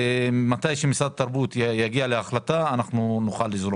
כאשר משרד התרבות יגיע להחלטה, אנחנו נוכל לזרום.